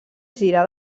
gira